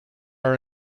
are